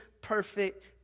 perfect